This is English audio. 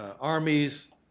armies